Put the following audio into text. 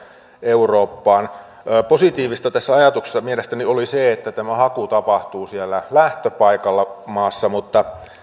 eurooppaan positiivista tässä ajatuksessa mielestäni oli se että tämä haku tapahtuu siellä lähtöpaikalla maassa mutta